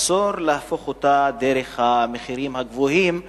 אסור להפוך אותם, דרך המחירים הגבוהים,